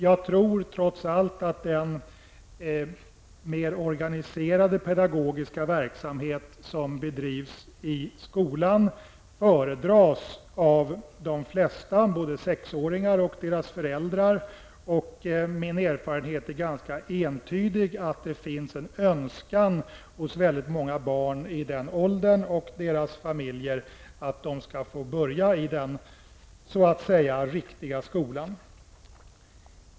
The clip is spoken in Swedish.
Jag tror trots allt att den mer organiserade pedagogiska verksamhet som bedrivs i skolan föredras av de flesta av både sexåringarna och deras föräldrar. Min ganska entydiga erfarenhet är att det finns en önskan hos väldigt många barn i den åldern och deras familjer att de skall få börja i den så att säga riktiga skolan.